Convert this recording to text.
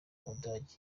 budage